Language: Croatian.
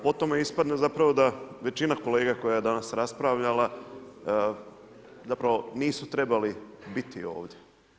Po tome ispadne zapravo da većina kolega koja je danas raspravljala, zapravo nisu trebali biti ovdje.